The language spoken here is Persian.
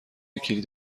کلید